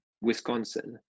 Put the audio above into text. Wisconsin